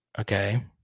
Okay